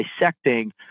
dissecting